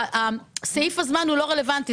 מבחינתי סעיף הזמן לא רלוונטי,